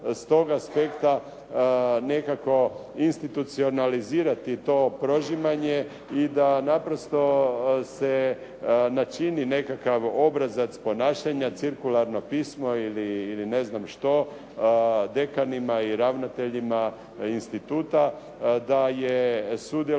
s tog aspekta nekako institucionalizirati to prožimanje i da naprosto se načini nekakav obrazac ponašanja cirkularno pismo ili ne znam što dekanima ili ravnateljima instituta da je sudjelovanje